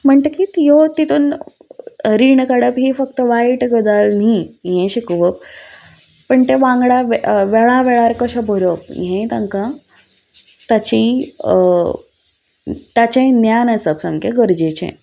म्हणटकच ह्यो तातूंत रीण काडप ही फक्त वायट गजाल न्ही हें शिकोवप पूण तें वांगडा वे वेळा वेळार कशें भरप हें तांकां ताची ताचें ज्ञान आसप सामकें गरजेचें